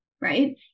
Right